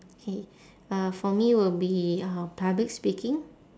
K uh for me will be uh public speaking